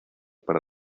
para